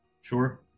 Sure